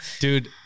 Dude